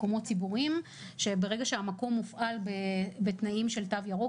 מקומות ציבוריים שברגע שהמקום מופעל בתנאים של תו ירוק